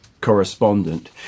correspondent